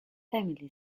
family